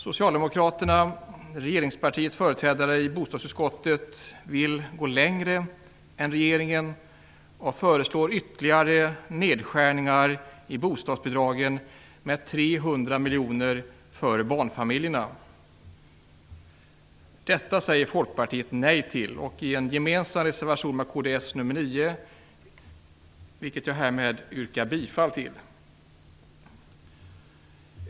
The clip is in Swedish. Socialdemokraterna, regeringspartiets företrädare, i bostadsutskottet vill gå längre än regeringen och föreslår ytterligare nedskärningar i bostadsbidragen med 300 miljoner som rör barnfamiljerna. Det säger Folkpartiet nej till. Vi har en gemensam reservation, nr 9, med kds, vilken jag härmed yrkar bifall till.